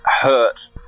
hurt